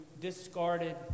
discarded